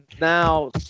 now